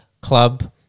club